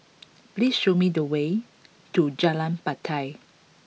please show me the way to Jalan Batai